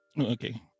Okay